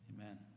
Amen